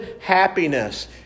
happiness